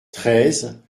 treize